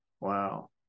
Wow